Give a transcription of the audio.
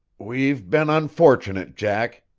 we've been unfortunate, jack,